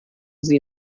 sie